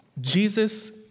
Jesus